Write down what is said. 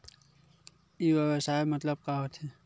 ई व्यवसाय मतलब का होथे?